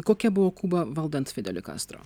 kokia buvo kuba valdant fideliui kastro